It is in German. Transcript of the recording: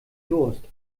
durst